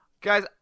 Guys